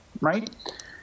right